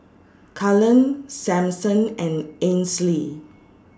Cullen Sampson and Ansley